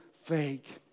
fake